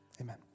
Amen